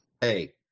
hey